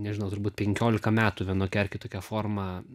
nežinau turbūt penkiolika metų vienokia ar kitokia forma